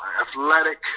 athletic